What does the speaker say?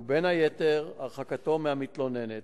ובין היתר הרחקתו מהמתלוננת.